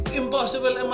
impossible